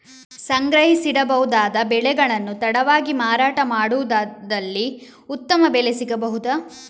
ಸಂಗ್ರಹಿಸಿಡಬಹುದಾದ ಬೆಳೆಗಳನ್ನು ತಡವಾಗಿ ಮಾರಾಟ ಮಾಡುವುದಾದಲ್ಲಿ ಉತ್ತಮ ಬೆಲೆ ಸಿಗಬಹುದಾ?